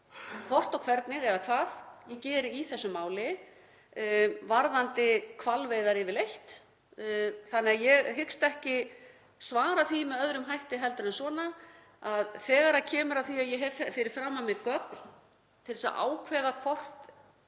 hvort og hvernig eða hvað ég geri í þessu máli varðandi hvalveiðar yfirleitt þannig að ég hyggst ekki svara því með öðrum hætti. Þegar kemur að því að ég hef fyrir framan mig gögn til þess að ákveða hvort